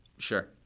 Sure